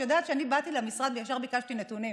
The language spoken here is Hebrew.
את יודעת שכשאני באתי למשרד ישר ביקשתי נתונים: